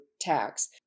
tax